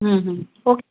okay